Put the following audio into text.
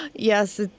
Yes